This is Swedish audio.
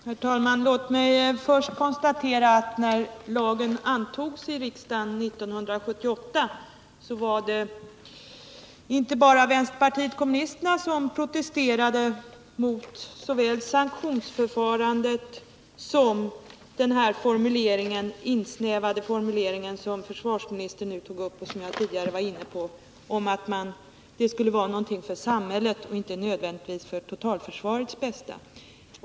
Herr talman! Låt mig först konstatera att när lagen antogs i riksdagen 1978, så var det inte bara vänsterpartiet kommunisterna som protesterade mot sanktionsförfarandet och mot den insnävade formuleringen, som försvarsministern nu tog upp och som jag tidigare var inne på, nämligen att det skulle gälla inte allmän samhällstjänst utan nödvändigtvis något för försvarets bästa.